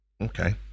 Okay